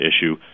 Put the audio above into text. issue